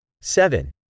seven